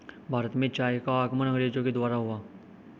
भारत में चाय का आगमन अंग्रेजो के द्वारा हुआ